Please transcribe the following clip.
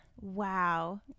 Wow